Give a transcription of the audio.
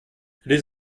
les